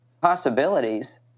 possibilities